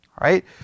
right